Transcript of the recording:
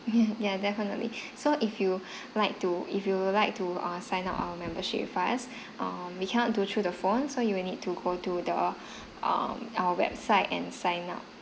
yeah definitely so if you'd like to if you would like to err sign up our membership fast um we cannot do through the phone so you will need to go to the um our website and sign up